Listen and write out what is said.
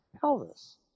pelvis